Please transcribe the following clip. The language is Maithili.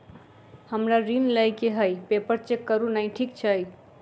हमरा ऋण लई केँ हय पेपर चेक करू नै ठीक छई?